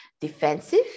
defensive